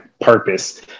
purpose